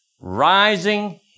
rising